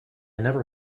never